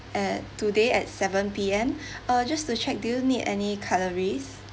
at today at seven P_M uh just to check do you need any cutleries